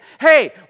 hey